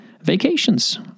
vacations